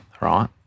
right